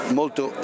molto